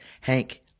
Hank